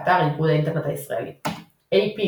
באתר איגוד האינטרנט הישראלי AP,